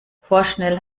vorschnell